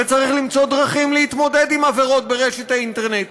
וצריך למצוא דרכים להתמודד עם עבירות באינטרנט.